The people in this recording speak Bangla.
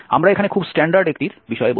আমরা এখানে খুব স্ট্যান্ডার্ড একটির বিষয়ে বলব